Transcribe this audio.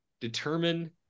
determine